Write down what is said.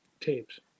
tapes